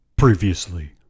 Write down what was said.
Previously